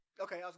Okay